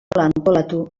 antolatu